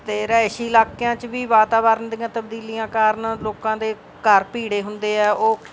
ਅਤੇ ਰਹਾਇਸ਼ੀ ਇਲਾਕਿਆਂ 'ਚ ਵੀ ਵਾਤਾਵਰਨ ਦੀਆਂ ਤਬਦੀਲੀਆਂ ਕਾਰਣ ਲੋਕਾਂ ਦੇ ਘਰ ਭੀੜੇ ਹੁੰਦੇ ਹੈ ਉਹ